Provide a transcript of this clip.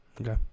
okay